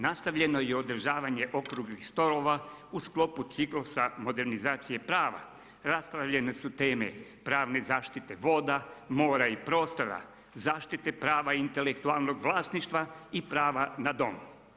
Nastavljeno je održavanje okruglih stolova u sklopu ciklusa modernizacije prava, raspravljene su teme pravne zaštite voda, mora i prostora, zaštite prava intelektualnog vlasništva i prava na dom.